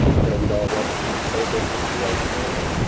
i know we'd all love to be celebrating with you right now,